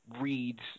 reads